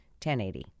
1080